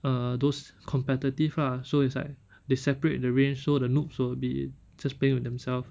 err those competitive lah so it's like they separate the range so the noobs will be just playing with themselves